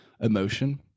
emotion